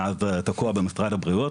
מאז זה תקוע במשרד הבריאות,